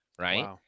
right